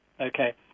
Okay